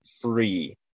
free